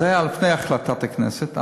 זה היה לפני החלטת הכנסת,